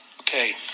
Okay